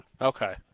Okay